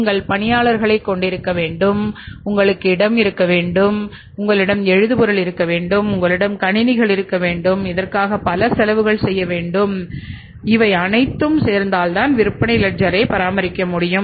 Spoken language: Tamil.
நீங்கள் பணியாளர்களைக் கொண்டிருக்க வேண்டும் உங்களுக்கு இடம் இருக்க வேண்டும் உங்களிடம் எழுதுபொருள் இருக்க வேண்டும் உங்களிடம் கணினிகள் இருக்க வேண்டும் இதற்காக பல செலவுகள் செய்ய வேண்டும்இவை அனைத்தும் சேர்ந்தால் தான் விற்பனை லெட்ஜரை பராமரிக்க முடியும்